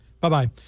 Bye-bye